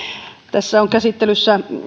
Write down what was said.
tässä on käsittelyssä